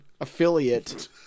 affiliate